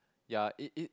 ya it it